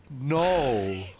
no